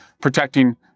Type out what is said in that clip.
protecting